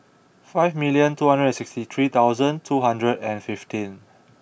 five million two hundred and sixty three thousand two hundred and fifteen